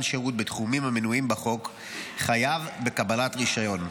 שירות בתחומים המנויים בחוק חייב בקבלת רישיון.